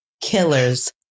Killers